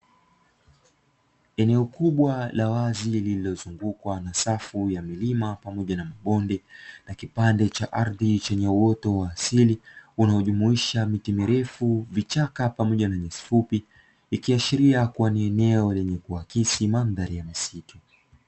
Eneo kubwa la wazi lililozungukwa na safu ya milima pamoja na mabonde, na kipande cha ardhi chenye uoto wa asili unaojumuisha miti mirefu, vichaka pamoja na nyasi fupi, ikiashiria kuwa ni eneo lenye kuakisi mandhari ya misitu.